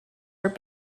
were